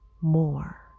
more